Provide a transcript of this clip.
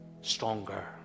stronger